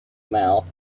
mouth